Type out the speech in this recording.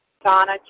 Donna